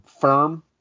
firm